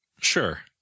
Sure